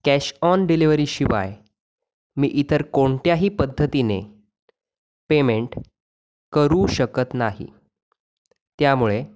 cash on delivery शिवाय मी इतर कोणत्याही पद्धतीने पेमेंट करू शकत नाही त्यामुळे